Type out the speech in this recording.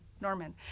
norman